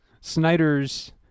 Snyder's